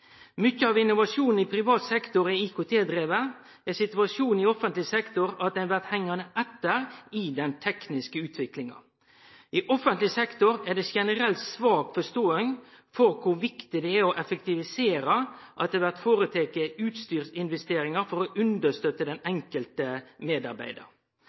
mykje av innovasjonen i privat sektor er IKT-driven, er situasjonen i offentleg sektor at ein blir hengande etter i den tekniske utviklinga. I offentleg sektor er det generelt ei svak forståing for kor viktig det er for effektiviteten at det blir føretatt utstyrsinvesteringar for å understøtte den enkelte medarbeidar.